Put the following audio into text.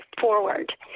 forward